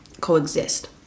coexist